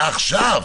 ועכשיו.